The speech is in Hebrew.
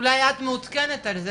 אולי את מעודכנת על זה,